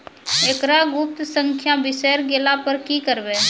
एकरऽ गुप्त संख्या बिसैर गेला पर की करवै?